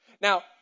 Now